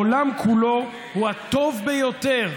בעולם כולו, הוא הטוב ביותר,